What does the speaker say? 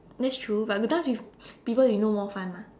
that's true but because if people you know more fun mah